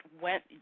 went